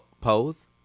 Pose